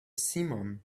simum